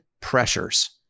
pressures